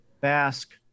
Basque